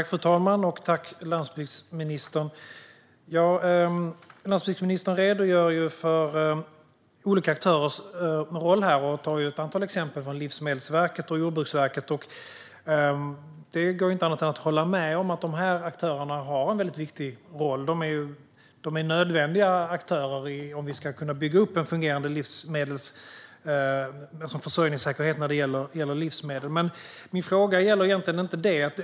Fru talman! Landsbygdsministern redogör här för olika aktörers roll och tar ett antal exempel från Livsmedelsverket och Jordbruksverket. Det går inte annat än att hålla med om att de här aktörerna har en väldigt viktig roll. De är nödvändiga aktörer när det handlar om att bygga upp en fungerande försörjningssäkerhet gällande livsmedel. Min fråga gäller egentligen inte det.